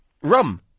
Rum